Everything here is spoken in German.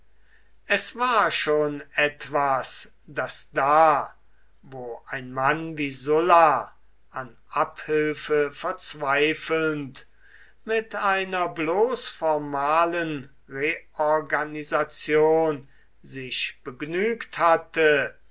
es war schon etwas daß da wo ein mann wie sulla an abhilfe verzweifelnd mit einer bloß formalen reorganisation sich begnügt hatte